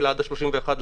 אלא עד ה-31 בספטמבר,